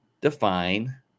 define